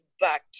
back